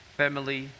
family